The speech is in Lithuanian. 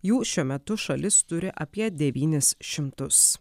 jų šiuo metu šalis turi apie devynis šimtus